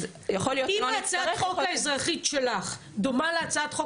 אז יכול להיות שלא נצטרך --- אם הצעת החוק האזרחי שלך דומה להצעת החוק